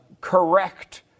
correct